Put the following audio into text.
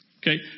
Okay